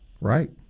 Right